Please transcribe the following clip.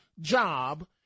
job